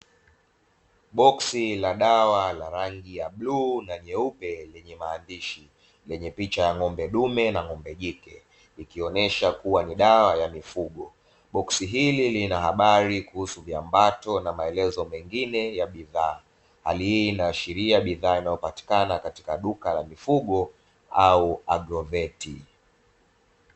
Boksi la dawa la rangi ya bluu na nyeupe yenye maandishi, lenye picha ya ng'ombe dume na ng'ombe jike. Ikionyesha kuwa ni dawa ya mifugo. Boksi hili lina habari kuhusu viambato na maelezo mengine ya bidhaa. Hali hii inaashiria bidhaa inayopatikana katika duka la mifugo au agroveti.